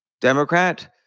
Democrat